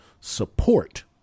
support